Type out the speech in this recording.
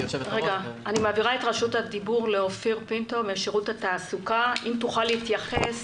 אופיר פינטו משירות התעסוקה, האם תוכל להתייחס